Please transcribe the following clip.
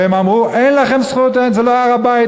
והם אמרו: אין לכם זכויות, זה לא הר-הבית.